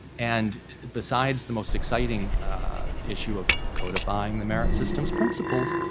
and besides the most exciting issue of codifying the merit systems principals,